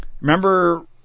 remember